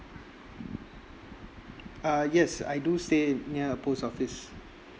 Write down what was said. uh yes I do stay near a post office